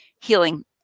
healing